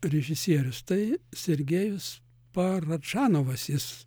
režisierius tai sergejus paradžanovas jis